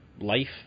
Life